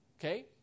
okay